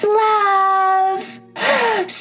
love